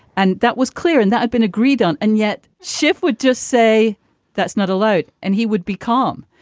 and that was clear and that had been agreed on. and yet schiff would just say that's not allowed and he would be calm.